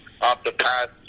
off-the-path